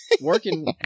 working